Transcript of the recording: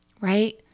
right